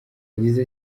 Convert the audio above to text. yagize